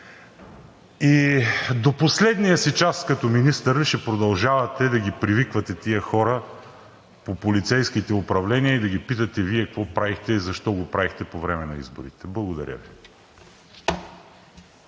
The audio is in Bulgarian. И до последния си час като министър ли ще продължавате да привиквате тези хора по полицейските управления и да ги питате: Вие какво правихте и защо го правихте по време на изборите? Благодаря Ви.